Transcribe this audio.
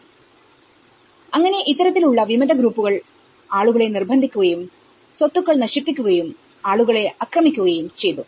അങ്ങനെ ഇത്തരത്തിൽ ഉള്ള വിമത ഗ്രൂപ്പുകൾ ആളുകളെ നിർബന്ധിക്കുകയും സ്വത്തുക്കൾ നശിപ്പിക്കുകയുംആളുകളെ ആക്രമിക്കുകയും ചെയ്തു